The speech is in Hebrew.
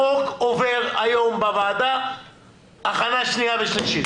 החוק עובר היום בוועדה בהכנה לקריאה שנייה ושלישית.